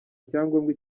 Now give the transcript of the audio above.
icyangombwa